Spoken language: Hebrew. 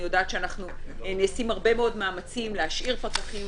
אני יודעת שנעשים הרבה מאוד מאמצים להביא פקחים,